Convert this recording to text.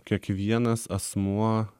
kiekvienas asmuo